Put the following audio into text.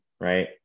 right